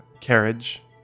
carriage